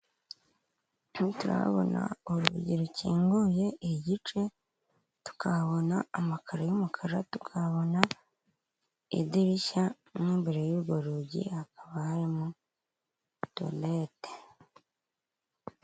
Turahabona urugi rukinguye igice tukabona amaka y'umukara tukabona idirishya imbere y'urwo rugi hakaba hari muri tuwarete.